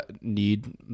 need